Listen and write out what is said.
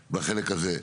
בחלק הזה.